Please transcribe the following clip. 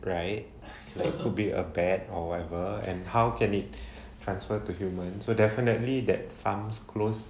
right like it could be a bat or whatever and how can it transferred to humans so definitely that farms closed